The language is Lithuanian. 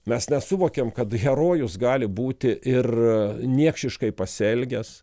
mes nesuvokiam kad herojus gali būti ir niekšiškai pasielgęs